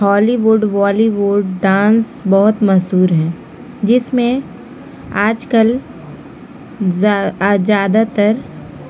ہالی would Bollywood dance بہت مشہور ہیں جس میں آج کل زیادہ تر